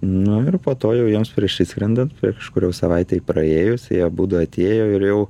nu ir po to jau jiems prieš išskrendant kažkur jau savaitei praėjus jie abudu atėjo ir jau